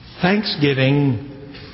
Thanksgiving